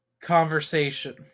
conversation